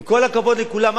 עם כל הכבוד לכולם,